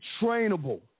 trainable